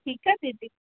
ठीकु आहे दीदी